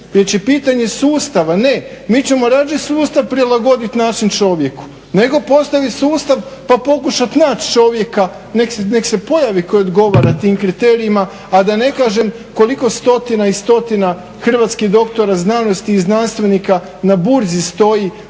je pitanje sustava. Ne, mi ćemo radije sustav prilagoditi našem čovjeku nego postaviti sustav pa pokušati naći čovjeka nek se pojavi koji odgovara tim kriterijima. A da ne kažem koliko stotina i stotina hrvatskih doktora znanosti i znanstvenika na Burzi stoji,